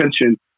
attention